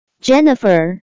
Jennifer